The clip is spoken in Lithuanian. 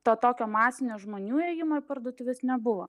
to tokio masinio žmonių ėjimo į parduotuves nebuvo